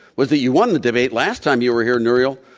was that you won the debate last time you were here, nouriel,